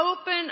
open